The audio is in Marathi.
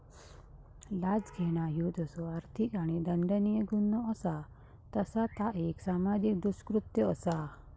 लाच घेणा ह्यो जसो आर्थिक आणि दंडनीय गुन्हो असा तसा ता एक सामाजिक दृष्कृत्य असा